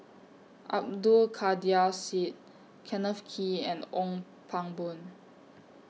Abdul Kadir Syed Kenneth Kee and Ong Pang Boon